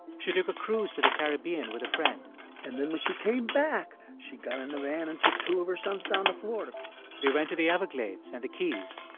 she took a cruise to the caribbean with a friend and then when she came back, she got in a van and took two of our sons down to florida they went to the everglades and the keys.